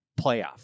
playoff